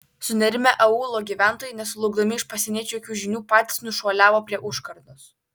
sunerimę aūlo gyventojai nesulaukdami iš pasieniečių jokių žinių patys nušuoliavo prie užkardos